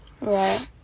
Right